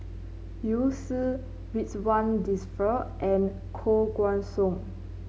Liu Si Ridzwan Dzafir and Koh Guan Song